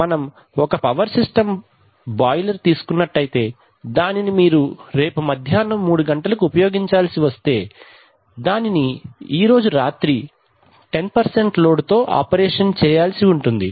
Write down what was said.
మనం ఒక power system boiler తీసుకున్నట్లయితే దానిని రేపు మధ్యాహ్నం మూడు గంటలకు ఉపయోగించాల్సి వస్తే దానిని ఈ రాత్రి 10 లోడుతో ఆపరేషన్ చేయాల్సి ఉంటుంది